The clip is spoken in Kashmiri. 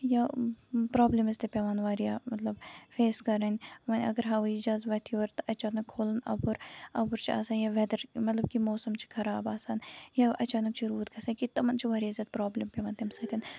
پرابلمٕز تہِ پیوان واریاہ مطلب فیس کَرٕنۍ وۄنۍ اَگر ہَوٲیی جَہازٕ وۄتھِ یورٕ تہٕ اَتہِ چھُ آسان کھولُت اوٚبُر اوٚبُر چھُ آسان یا ویدر مطلب کہِ یہِ موسَم چھُ خراب آسان یہِ اَچانک چھُ روٗد گژھان تٕمَن چھُ واریاہ زیادٕ پرابلِم یوان تَمہِ سۭتۍ